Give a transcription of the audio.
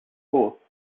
fourth